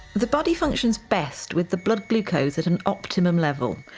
the body functions best with the blood glucose at an optimum level.